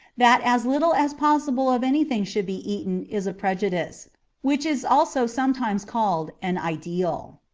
that as little as possible of anything should be eaten is a prejudice which is also sometimes called an ideal.